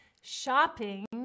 Shopping